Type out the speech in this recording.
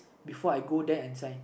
before I go there and sign